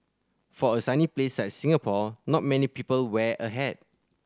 for a sunny place like Singapore not many people wear a hat